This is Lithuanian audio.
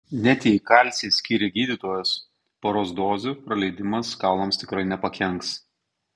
net jei kalcį skyrė gydytojas poros dozių praleidimas kaulams tikrai nepakenks